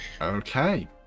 Okay